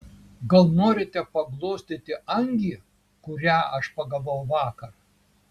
gal norite paglostyti angį kurią aš pagavau vakar